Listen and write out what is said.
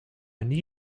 need